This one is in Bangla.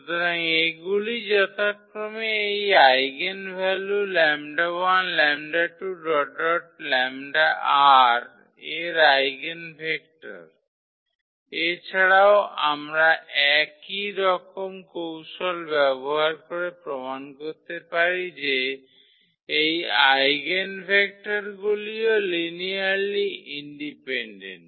সুতরাং এগুলি যথাক্রমে এই আইগেনভ্যালু 𝜆1 𝜆2 𝜆𝑟 এর আইগেনভেক্টর এছাড়াও আমরা একই রকম কৌশল ব্যবহার করে প্রমাণ করতে পারি যে এই আইগেনভেক্টরগুলিও লিনিয়ারলি ইন্ডিপেন্ডেন্ট